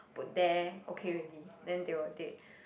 put there okay already then they will take